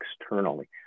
externally